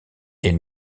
est